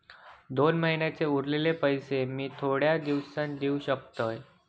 दोन महिन्यांचे उरलेले पैशे मी थोड्या दिवसा देव शकतय?